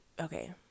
Okay